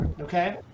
Okay